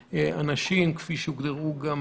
לאנשים, כפי שהוגדרו גם